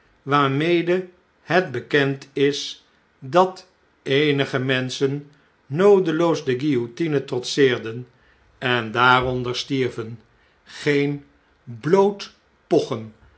waarmede het bekend is dat eenige menschen noodeloos de guillotine trotseerden en daaronder stierven geen bloot pochen